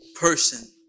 person